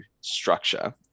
structure